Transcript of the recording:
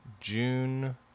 june